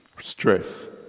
stress